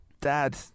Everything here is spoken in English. Dad